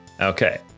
Okay